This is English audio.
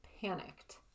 panicked